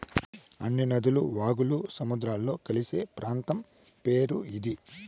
అన్ని నదులు వాగులు సముద్రంలో కలిసే ప్రాంతం పేరు ఇది